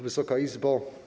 Wysoka Izbo!